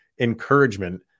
encouragement